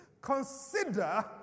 Consider